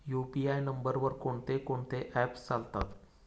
UPI नंबरवर कोण कोणते ऍप्स चालतात?